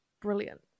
brilliant